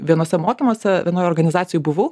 vienuose mokymuose vienoj organizacijoj buvau